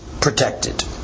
protected